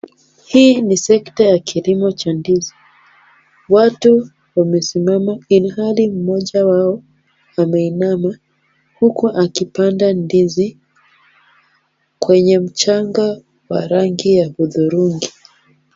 Hii ni sekta ya kilimo cha ndizi. Watu wamesimama ilhali mmoja wao ameinama huku akipanda ndizi kwenye mchanga wa rangi ya hudhurungi.